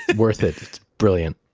worth it. it's brilliant.